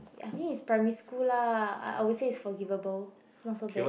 I mean it's primary school lah I will say it's forgivable not so bad